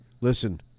listen